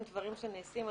עם דברים שנעשים,